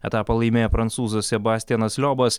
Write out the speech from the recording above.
etapą laimėjo prancūzas sebastijanas liobas